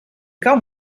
kan